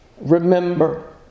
Remember